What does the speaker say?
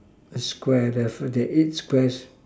the Square there are four there are eight Squares